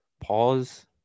pause